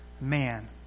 man